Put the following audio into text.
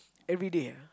everyday ah